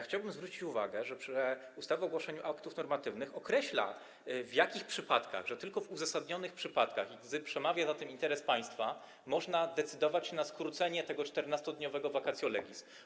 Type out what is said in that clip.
Chciałbym zwrócić uwagę, że ustawa o ogłaszaniu aktów normatywnych określa, w jakich przypadkach, że tylko w uzasadnionych przypadkach i gdy przemawia za tym interes państwa można decydować o skróceniu 14-dniowego vacatio legis.